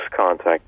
contact